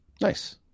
Nice